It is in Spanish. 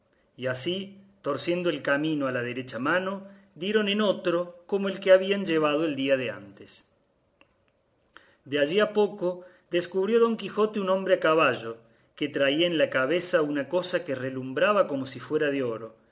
y así torciendo el camino a la derecha mano dieron en otro como el que habían llevado el día de antes de allí a poco descubrió don quijote un hombre a caballo que traía en la cabeza una cosa que relumbraba como si fuera de oro